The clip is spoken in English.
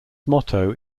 motto